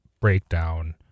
breakdown